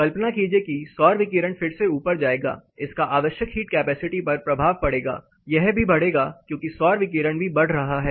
कल्पना कीजिए कि सौर विकिरण फिर से ऊपर जाएगा इसका आवश्यक हीट कैपेसिटी पर प्रभाव पड़ेगा यह भी बढ़ेगा क्योंकि सौर विकिरण भी बढ़ रहा है